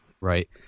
Right